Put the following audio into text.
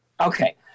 Okay